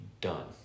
done